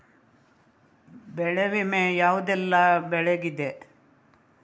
ಬೆಳೆ ವಿಮೆ ಯಾವುದೆಲ್ಲ ಬೆಳೆಗಿದೆ?